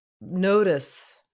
notice